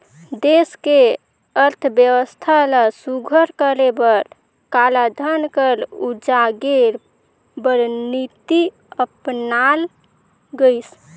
देस के अर्थबेवस्था ल सुग्घर करे बर कालाधन कर उजागेर बर नीति अपनाल गइस